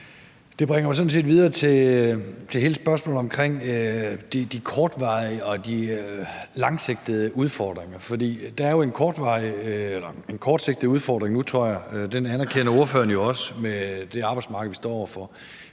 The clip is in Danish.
Det bringer mig sådan set videre til hele spørgsmålet omkring de kortsigtede og de langsigtede udfordringer. For der er jo en kortsigtet udfordring nu, tror jeg – den anerkender ordføreren jo også – med det arbejdsmarked, vi står over for,